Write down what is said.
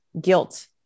guilt